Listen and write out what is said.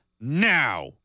now